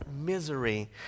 misery